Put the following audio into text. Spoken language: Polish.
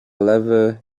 lewy